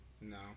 No